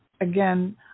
again